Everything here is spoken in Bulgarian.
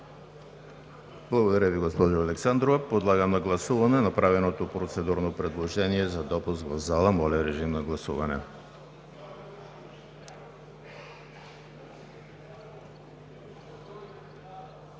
Благодаря Ви, госпожо Александрова. Подлагам на гласуване направеното процедурно предложение за допуск в залата. Гласували